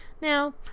Now